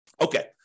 Okay